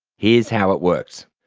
here's how it works.